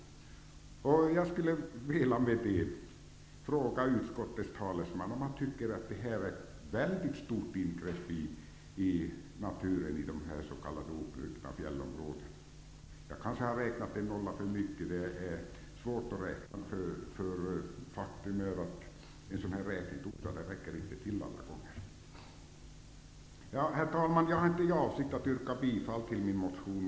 Jag skulle vilja fråga utskottets talesman om han tycker att detta är ett väldigt stort ingrepp i naturen i de s.k. obrutna fjällområdena. Jag kanske har räknat en nolla för mycket. Det är svårt att räkna, för faktum är att en sådan här räknedosa inte räcker till alla gånger. Herr talman! Jag har inte för avsikt att yrka bifall till min motion.